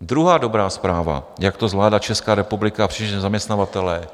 Druhá dobrá zpráva jak to zvládá Česká republika a zaměstnavatelé.